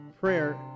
prayer